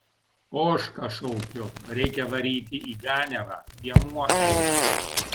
ožką šaukiu reikia varyti į ganiavą piemuo eina